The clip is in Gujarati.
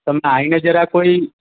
તમે આવીને જરા કોઈ